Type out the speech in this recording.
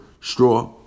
straw